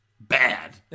bad